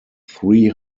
three